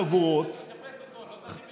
חבר הכנסת רם בן ברק, בבקשה.